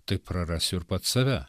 tai prarasiu ir pats save